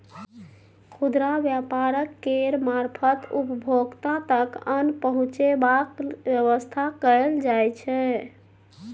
खुदरा व्यापार केर मारफत उपभोक्ता तक अन्न पहुंचेबाक बेबस्था कएल जाइ छै